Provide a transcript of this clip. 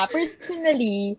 Personally